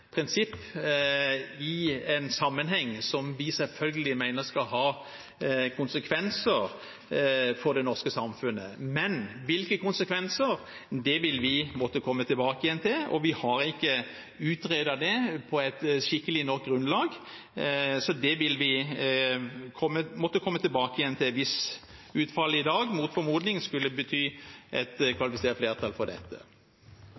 prinsipp i en sammenheng som vi selvfølgelig mener skal ha konsekvenser for det norske samfunnet – hvilke konsekvenser vil vi måtte komme tilbake til. Vi har ikke utredet det på et skikkelig nok grunnlag, så det vil vi måtte komme tilbake til hvis utfallet i dag mot formodning skulle bety et kvalifisert flertall for dette.